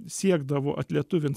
siekdavo atlietuvint